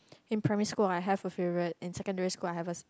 in primary school I have a favourite in secondary school I have a